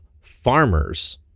farmers